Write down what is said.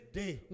day